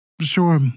sure